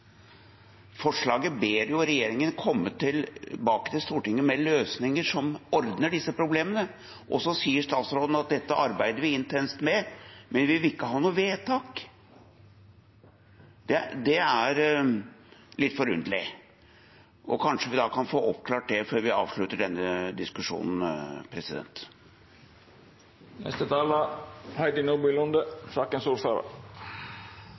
forslaget? Forslaget ber jo regjeringen komme tilbake til Stortinget med løsninger som ordner disse problemene, og så sier statsråden at dette arbeider de intenst med, men de vil ikke ha noe vedtak. Det er litt forunderlig. Kanskje vi kan få oppklart det før vi avslutter denne diskusjonen.